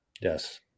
Yes